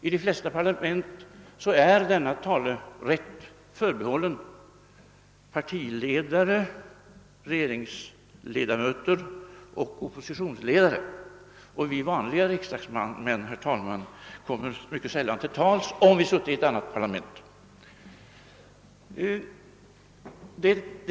I de flesta parlament är denna talerätt förbehållen partiledare, regeringsledamöter och oppositionsledare. Vi vanliga riksdagsmän, herr talman, komme mycket sällan till tals, om vi sutte i ett annat parlament.